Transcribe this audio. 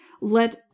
Let